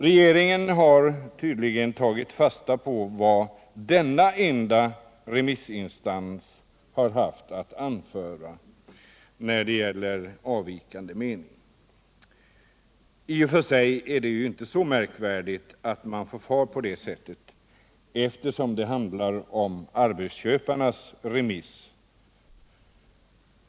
Regeringen har tydligen tagit fasta på vad denna enda remissinstans haft att anföra i form av avvikande mening. I och för sig är det inte så märkvärdigt att man förfar på det sättet, eftersom det handlar om arbetsköparnas remiss.